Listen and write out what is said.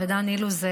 וחבר הכנסת דן אילוז,